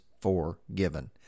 forgiven